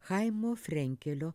chaimo frenkelio